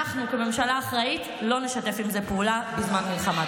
אנחנו כממשלה אחראית לא נשתף עם זה פעולה בזמן מלחמה.